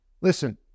Listen